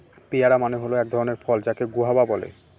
পেয়ারা মানে হয় এক ধরণের ফল যাকে গুয়াভা বলে